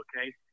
okay